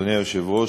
אדוני היושב-ראש,